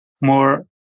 more